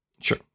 Sure